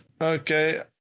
Okay